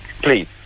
Please